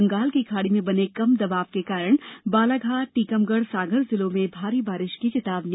बंगाल की खाड़ी में बने कम दबाव के कारण बालाघाट टीकमगढ सागर जिलों में भारी बारिश की चेतावनी